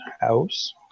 house